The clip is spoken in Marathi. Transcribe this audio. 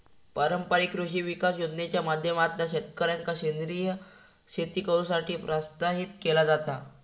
पारंपारिक कृषी विकास योजनेच्या माध्यमातना शेतकऱ्यांका सेंद्रीय शेती करुसाठी प्रोत्साहित केला जाता